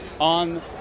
On